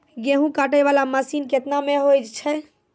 गेहूँ काटै वाला मसीन केतना मे होय छै?